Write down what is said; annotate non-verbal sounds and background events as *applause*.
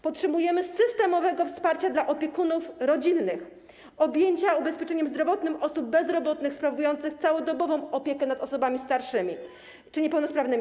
Potrzebujemy systemowego wsparcia dla opiekunów rodzinnych, objęcia ubezpieczeniem zdrowotnym osób bezrobotnych sprawujących całodobową opiekę nad osobami starszymi *noise* czy niepełnosprawnymi.